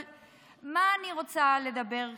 אבל על מה אני רוצה לדבר כרגע?